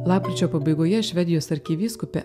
lapkričio pabaigoje švedijos arkivyskupė